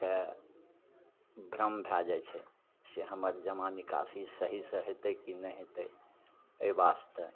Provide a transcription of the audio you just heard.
के भ्रम भै जाइ छै जे हमर जमा निकासी सही से हेतै कि नहि हेतै एहि वास्ते